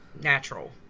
natural